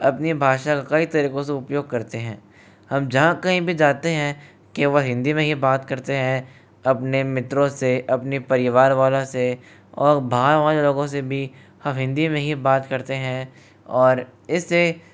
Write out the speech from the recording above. अपनी भाषा का कई तरीकों से उपयोग करते हैं हम जहाँ कहीं भी जाते हैं केवल हिंदी में ही बात करते हैं अपने मित्रों से अपने परिवार वालों से और बाहर वाले लोगों से भी हम हिंदी में ही बात करते हैं और इसे